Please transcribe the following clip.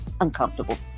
uncomfortable